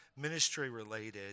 ministry-related